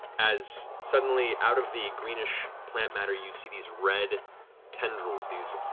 as suddenly, out of the greenish plant matter, you see these red tendrils, these